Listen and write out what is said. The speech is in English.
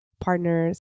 Partners